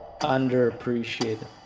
Underappreciated